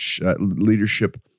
leadership